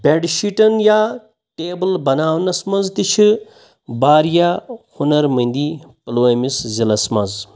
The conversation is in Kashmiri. بیٚڈ شیٖٹَن یا ٹیبٕل بناونَس منٛز تہِ چھِ واریاہ ہُنَر منٛدی پُلوٲمِس ضلعَس منٛز